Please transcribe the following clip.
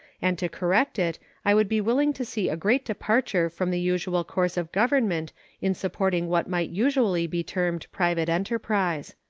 and to correct it i would be willing to see a great departure from the usual course of government in supporting what might usually be termed private enterprise.